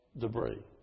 debris